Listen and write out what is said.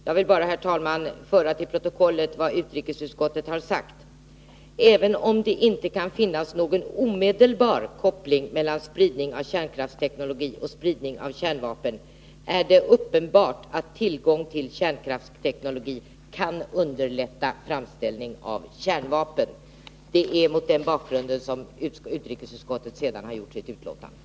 Jag vill bara föra in till protokollet vad utrikesutskottet har sagt: ”Även om det inte kan sägas finnas någon omedelbar koppling mellan spridning av kärnkraftsteknologi och spridning av kärnvapen är det uppenbart att tillgång till kärnkraftsteknologi kan underlätta framställning av kärnvapen.” Det är mot den bakgrunden som utrikesutskottet har gjort sin hemställan.